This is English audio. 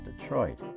Detroit